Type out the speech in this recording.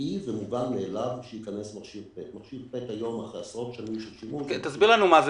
טבעי ומובן מאליו שייכנס מכשיר PET. תסביר לנו מה זה